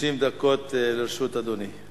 30 דקות לרשות אדוני.